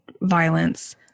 violence